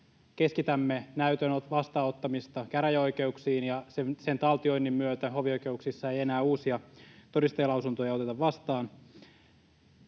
keskitämme näytön vastaanottamista käräjäoikeuksiin ja sen taltioinnin myötä hovioikeuksissa ei enää uusia todistajalausuntoja oteta vastaan.